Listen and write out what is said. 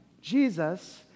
Jesus